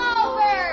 over